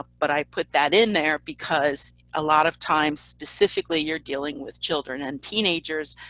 but i put that in there because a lot of times specifically you're dealing with children and teenagers,